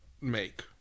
make